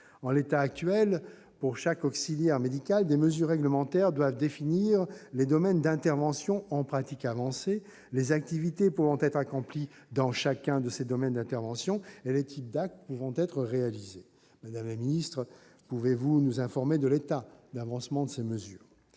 En l'état actuel, pour chaque auxiliaire médical, des mesures réglementaires doivent définir les domaines d'intervention en pratique avancée, les activités pouvant être accomplies dans chacun de ces domaines d'intervention et les types d'actes pouvant être réalisés. Madame la secrétaire d'État, pouvez-vous nous informer de l'état d'avancement de ces mesures ?